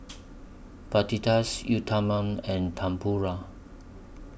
Fajitas Uthapam and Tempura